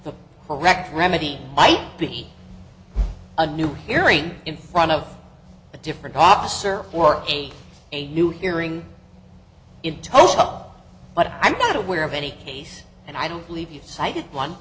the correct remedy might be a new hearing in front of a different office or for a new hearing in tulsa up but i'm not aware of any case and i don't believe you cited one